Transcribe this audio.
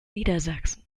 niedersachsen